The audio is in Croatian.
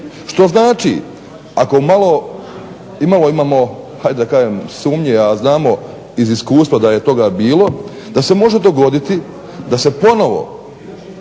Što znači ako malo imalo imamo sumnje a znamo iz iskustva da je toga bilo da se može dogoditi da se ponovno